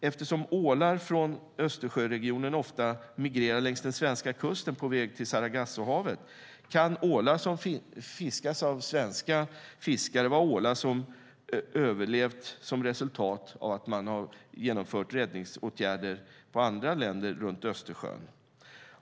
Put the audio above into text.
Eftersom ålar från Östersjöregionen ofta migrerar längs den svenska kusten på väg till Sargassohavet kan ålar som fiskas av svenska fiskare ha överlevt som ett resultat av räddningsåtgärder i andra länder runt Östersjön.